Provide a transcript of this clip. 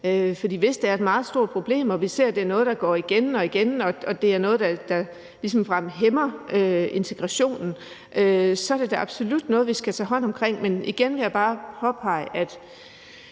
hvis det er et meget stort problem og vi ser, at det er noget, der sker igen og igen, og at det er noget, der ligefrem hæmmer integrationen, så er det da absolut noget, vi skal tage hånd om. Igen vil jeg bare påpege